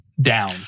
down